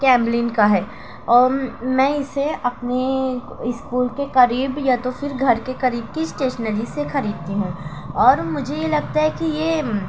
کیملن کا ہے میں اسے اپنے اسکول کے قریب یا تو پھر گھر کے قریب کی اسٹیشنری سے خریدتی ہوں اور مجھے یہ لگتا ہے کہ یہ